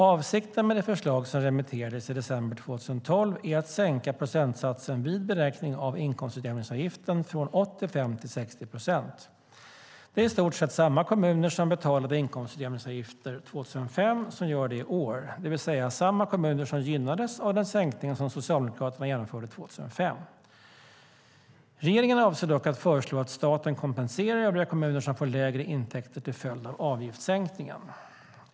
Avsikten med det förslag som remitterades i december 2012 är att sänka procentsatsen vid beräkning av inkomstutjämningsavgift från 85 till 60 procent. Det är i stort sett samma kommuner som betalade inkomstutjämningsavgifter 2005 som gör det i år, det vill säga samma kommuner som gynnades av den sänkning som Socialdemokraterna genomförde 2005. Regeringen avser dock att föreslå att staten kompenserar övriga kommuner som får lägre intäkter till följd av avgiftssänkningen.